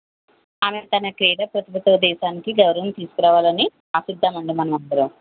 ఆమె తన క్రీడ ప్రస్తుత దేశానికి గౌరవం తీసుకు రావాలని ఆశిద్దాము అండి మనము అందరం